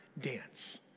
dance